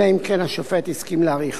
אלא אם כן השופט הסכים להאריכה.